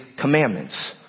commandments